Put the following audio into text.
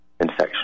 infection